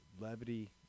levity